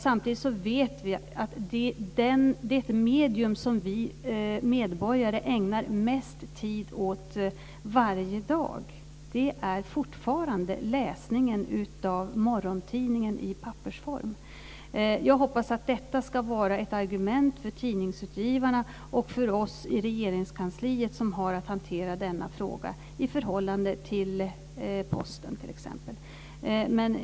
Samtidigt vet vi att det medium som vi medborgare ägnar mest tid åt varje dag fortfarande är läsningen av morgontidningen i pappersform. Jag hoppas att detta ska vara ett argument för tidningsutgivarna och för oss i Regeringskansliet, som har att hantera denna fråga i förhållande till exempelvis Posten.